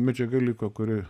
medžiaga liko kuri